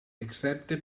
excepte